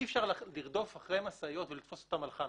אי אפשר לרדוף אחרי משאיות ולתפוס אותן על חם,